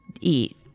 eat